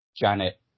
Janet